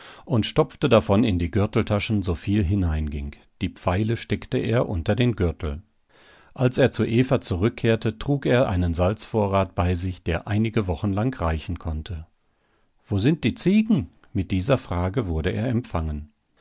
und stopfte davon in die gürteltaschen soviel hineinging die pfeile steckte er unter den gürtel als er zu eva zurückkehrte trug er einen salzvorrat bei sich der einige wochen lang reichen konnte wo sind die ziegen mit dieser frage wurde er empfangen